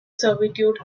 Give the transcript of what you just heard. servitude